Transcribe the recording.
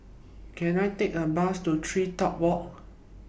Can I Take A Bus to TreeTop Walk